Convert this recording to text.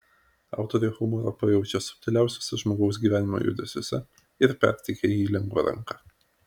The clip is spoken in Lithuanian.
autorė humorą pajaučia subtiliausiuose žmogaus gyvenimo judesiuose ir perteikia jį lengva ranka